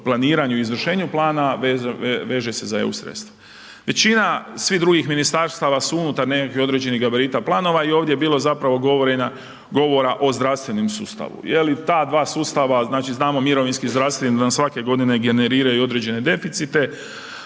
planiranju o izvršenju plana veže se za eu sredstva. Većina, svih drugih ministarstava su unutar nekakvih određenih gabarita planova i ovdje je bilo zapravo govora o zdravstvenom sustavu. Jel i ta dva sustava, znači znamo mirovinski i zdravstveni da nam svake godine generiraju određene deficite,